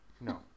No